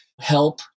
help